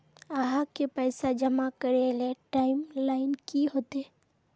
आहाँ के पैसा जमा करे ले टाइम लाइन की होते?